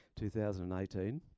2018